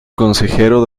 consejero